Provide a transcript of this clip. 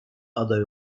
aday